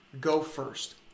go-first